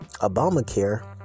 Obamacare